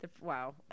Wow